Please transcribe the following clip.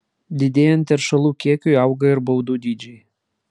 didėjant teršalų kiekiui auga ir baudų dydžiai